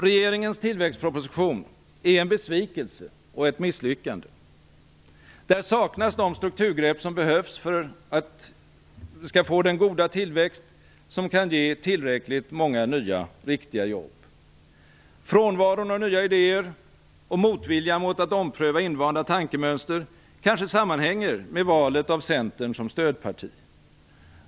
Regeringens tillväxtproposition är en besvikelse och ett misslyckande. Där saknas de strukturgrepp som behövs för att vi skall få den goda tillväxt som kan ge tillräckligt många nya riktiga jobb. Frånvaron av nya idéer och motviljan mot att ompröva invanda tankemönster kanske sammanhänger med valet av Centern som stödparti.